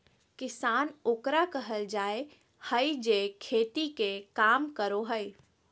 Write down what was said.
किसान ओकरा कहल जाय हइ जे खेती के काम करो हइ